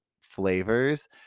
flavors